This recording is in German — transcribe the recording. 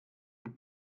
die